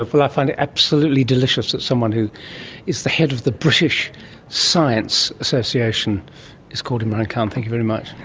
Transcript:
well, i find it absolutely delicious that someone who is the head of the british science association is called imran khan. thank you very much.